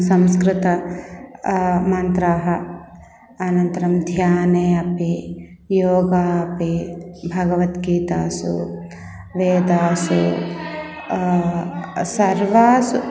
संस्कृत मन्त्राणि अनन्तरं ध्याने अपि योगा अपि भगवद्गीतासु वेदेषु सर्वासु